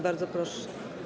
Bardzo proszę.